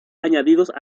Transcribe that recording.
añadidos